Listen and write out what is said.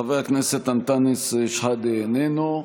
חבר הכנסת אנטאנס שחאדה, איננו.